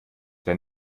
der